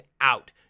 out